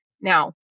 Now